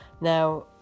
Now